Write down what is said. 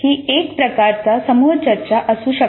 हि एक प्रकारची समूहचर्चा असू शकते